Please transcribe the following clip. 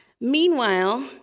Meanwhile